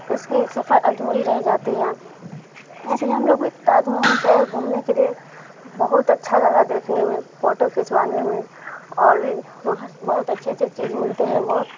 اس کی سفر ادھوری رہ جاتی ہے اس لیے ہم لوگ بھی تاج محل گئے گھومنے کے لیے بہت اچھا لگا دیکھنے میں فوٹو کھنچوانے میں اور بھی وہاں بہت اچھے اچھے چیز ملتے ہیں بہت